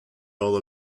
all